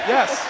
Yes